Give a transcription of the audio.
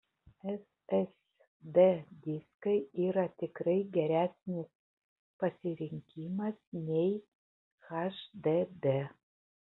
ssd diskai yra tikrai geresnis pasirinkimas nei hdd